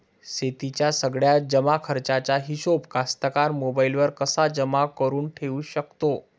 शेतीच्या सगळ्या जमाखर्चाचा हिशोब कास्तकार मोबाईलवर कसा जमा करुन ठेऊ शकते?